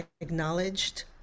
acknowledged